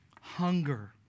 Hunger